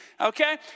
Okay